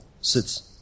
sits